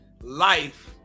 life